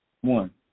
One